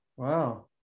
Wow